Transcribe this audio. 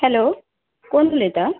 hello कोण उलयतां